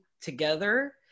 together